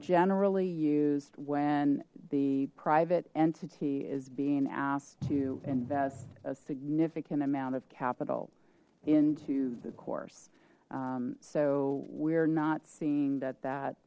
generally used when the private entity is being asked to invest a significant amount of capital into the course so we're not seeing that that